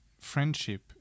friendship